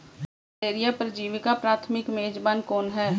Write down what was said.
Malaria परजीवी का प्राथमिक मेजबान कौन है?